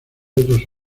otros